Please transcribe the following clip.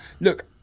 Look